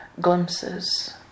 glimpses